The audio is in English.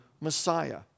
Messiah